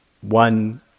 one